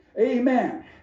Amen